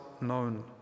known